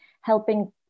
helping